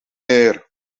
meer